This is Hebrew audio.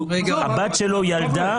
הבת שלו ילדה.